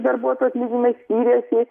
darbuotojų atlyginimai skyrėsi